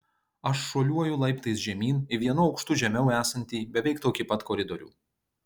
aš šuoliuoju laiptais žemyn į vienu aukštu žemiau esantį beveik tokį pat koridorių